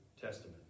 Testament